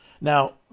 Now